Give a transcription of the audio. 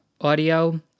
audio